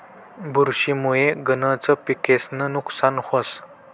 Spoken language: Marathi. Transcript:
बुरशी मुये गनज पिकेस्नं नुकसान व्हस